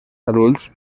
adults